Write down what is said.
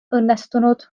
õnnestunud